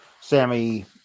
Sammy